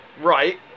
right